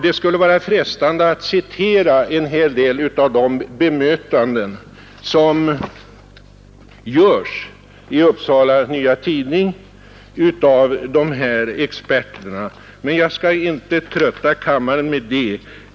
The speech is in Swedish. Det skulle vara frestande att citera en hel del av de bemötanden som görs i Upsala Nya Tidning av dessa experter, men jag skall inte trötta kammaren med det.